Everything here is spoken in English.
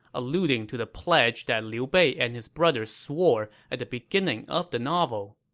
alluding to the pledge that liu bei and his brothers swore at the beginning of the novel.